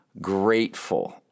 grateful